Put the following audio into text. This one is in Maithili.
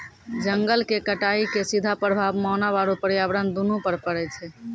जंगल के कटाइ के सीधा प्रभाव मानव आरू पर्यावरण दूनू पर पड़ै छै